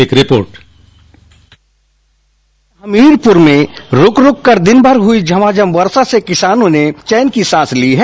एक रिपोर्ट जनपद हमीरपुर में रुक रुक कर दिन भर हुयी झमाझम वर्षा से किसानों ने चन की सास ली है